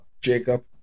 Jacob